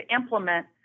implement